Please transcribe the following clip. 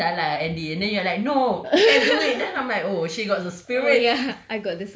and then I'm like die lah ending and then you're like no I can do it then I'm like oh she got the spirit